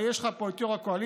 ויש פה את יו"ר הקואליציה,